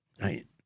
right